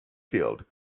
field